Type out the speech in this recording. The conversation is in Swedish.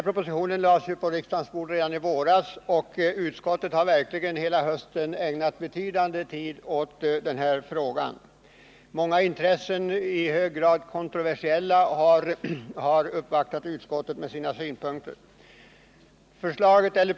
Propositionen lades på riksdagens bord redan i våras, och utskottet har hela hösten verkligen ägnat den betydande tid. Företrädare för olika intressen — i hög grad kontroversiella sådana — har uppvaktat utskottet och framfört sina synpunkter.